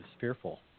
fearful